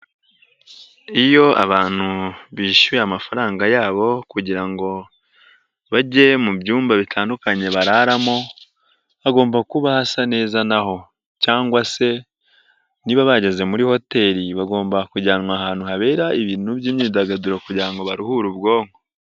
Iyo abantu bishyuye amafaranga yabo kugira ngo bajye mu byumba bitandukanye bararamo, hagomba kuba hasa neza na ho cyangwa se niba bageze muri hoteli bagomba kujyanwa ahantu habera ibintu by'imyidagaduro kugira ngo baruhure ubwonko.